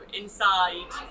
inside